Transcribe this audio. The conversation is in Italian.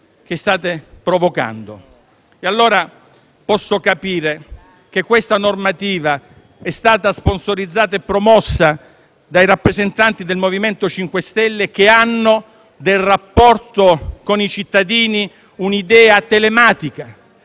che state provocando). Posso capire allora che questa normativa sia stata sponsorizzata e promossa dai rappresentanti del MoVimento 5 Stelle, che del rapporto con i cittadini hanno un'idea telematica,